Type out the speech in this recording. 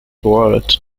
wyatt